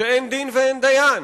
שאין דין ואין דיין,